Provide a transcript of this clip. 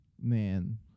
man